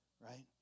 right